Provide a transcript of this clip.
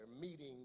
meeting